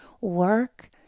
work